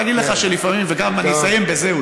וגם אני אסיים בזה,